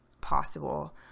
possible